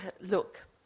look